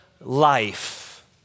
life